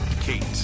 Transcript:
kate